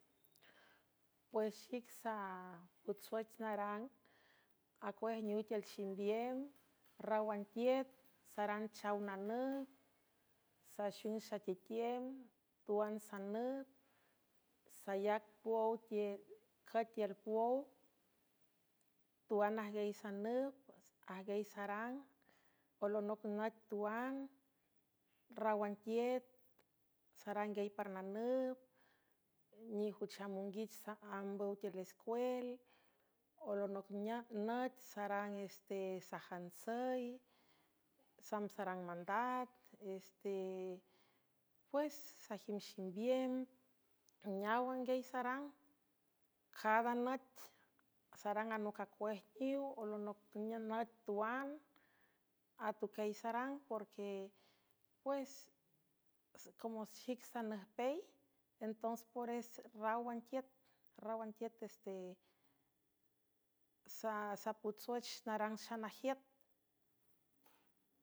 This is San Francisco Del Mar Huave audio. Pues xic sputswüch narang acuej niw tiül ximbiem rawantiüt sarang chaw nanüt saxung xatitiem tuan sanüp sayac puow cüetiül puow tuan ajgiay sanüp ajgiay sarang olonoc nüt tuan ráwantiet sarang guiay par nanüp nijuchamonguich ambüw tiül escuel olonoc nüch sarang este sajansüy samb sarang mandat epues sajim ximbiem neaw anguiay sarang cada nüt sarang anoc acuejniw olonoc nüt tuan atuquiay sarang porque pue como xic sanüjpey entons pores raraw antiüt este saputswüch narang xanajiüt.